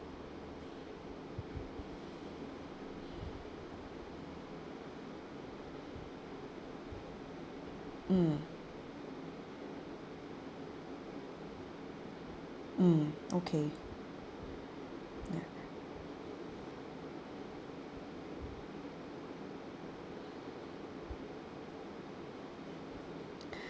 mm mm okay ya